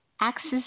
access